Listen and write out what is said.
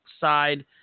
side